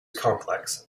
complex